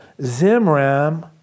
Zimram